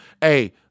Hey